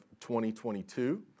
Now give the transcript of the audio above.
2022